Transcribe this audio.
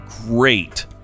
great